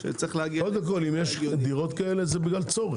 קודם כל, אם יש דירות כאלה, זה בגלל צורך.